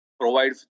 provide